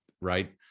right